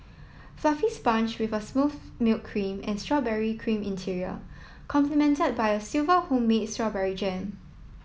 fluffy sponge with a smooth milk cream and strawberry cream interior complement by a silver of homemade strawberry jam